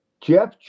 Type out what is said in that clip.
jeff